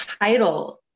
title